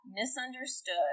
misunderstood